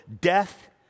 Death